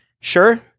sure